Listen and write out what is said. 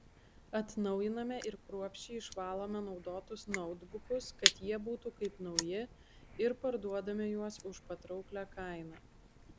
atnaujiname ir kruopščiai išvalome naudotus nautbukus kad jie būtų kaip nauji ir parduodame juos už patrauklią kainą